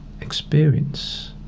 experience